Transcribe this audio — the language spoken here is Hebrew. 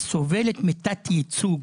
סובלת מתת ייצוג.